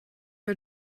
are